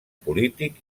polític